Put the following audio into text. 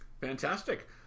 Fantastic